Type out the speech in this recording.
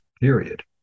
Period